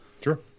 Sure